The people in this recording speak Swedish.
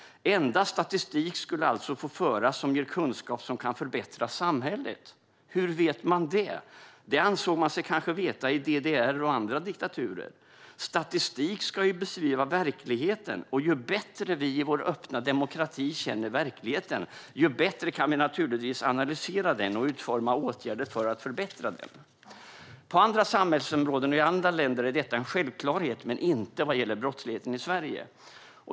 Endast statistik som ger kunskap som kan förbättra samhället skulle alltså få föras. Hur vet man det? Det ansåg man sig kanske veta i DDR och andra diktaturer. Statistik ska beskriva verkligheten. Ju bättre vi i vår öppna demokrati känner verkligheten, desto bättre kan vi naturligtvis analysera den och utforma åtgärder för att förbättra den. På andra samhällsområden och i andra länder är detta en självklarhet, men inte vad gäller brottsligheten i Sverige.